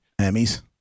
Emmys